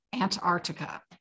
Antarctica